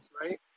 right